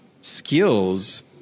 skills